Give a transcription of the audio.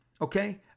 okay